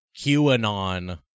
QAnon